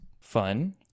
fun